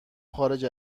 خارج